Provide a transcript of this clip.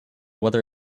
whether